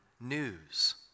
news